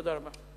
תודה רבה.